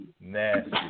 nasty